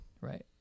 Right